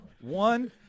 one